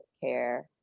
care